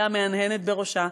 לאה מהנהנת בראשה.